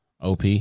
OP